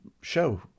show